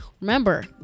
Remember